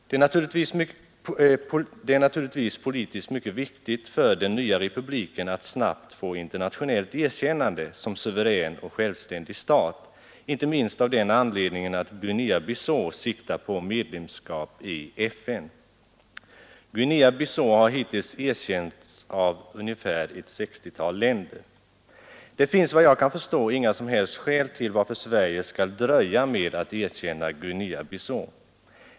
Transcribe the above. Det är naturligtvis politiskt mycket viktigt för den nya republiken att snabbt få internationellt erkännande som suverän och självständig stat — inte minst av den anledningen att Guinea-Bissau siktar på medlemskap i FN. Guinea-Bissau har hittills erkänts av ett 60-tal länder. Det finns vad jag kan förstå inga som helst skäl till att Sverige skall dröja med att erkänna Guinea-Bissau.